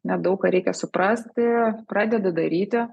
nedaug ką reikia suprasti pradedi daryti